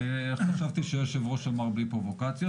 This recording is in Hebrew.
חשבתי שהיושב-ראש אמר בלי פרובוקציות.